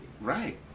right